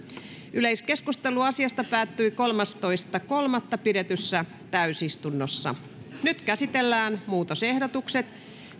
yleiskeskustelu asiasta päättyi kolmastoista kolmatta kaksituhattayhdeksäntoista pidetyssä täysistunnossa nyt käsitellään muutosehdotukset